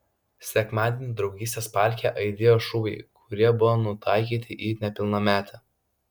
sekmadienį draugystės parke aidėjo šūviai kurie buvo nutaikyti į nepilnametę